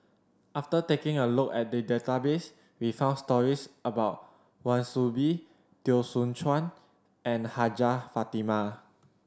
after taking a look at the database we found stories about Wan Soon Bee Teo Soon Chuan and Hajjah Fatimah